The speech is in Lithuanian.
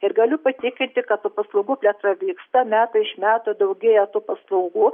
ir galiu patikinti kad tų paslaugų plėtra vyksta metai iš metų daugėja tų paslaugų